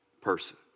person